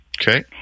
Okay